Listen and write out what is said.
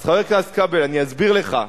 אז, חבר הכנסת כבל, אני אסביר לך.